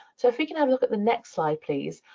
so if we can have a look at the next slide, please,